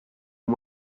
and